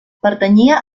pertanyia